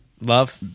love